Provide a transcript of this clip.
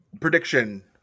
prediction